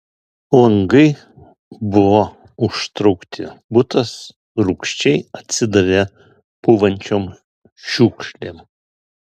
langai buvo užtraukti butas rūgščiai atsidavė pūvančiom šiukšlėm